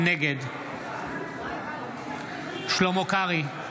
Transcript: נגד שלמה קרעי,